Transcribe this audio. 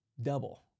double